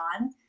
on